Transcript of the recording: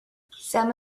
some